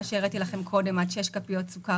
מה שהראיתי לכם קודם: ההמלצה היא עד שש כפיות סוכר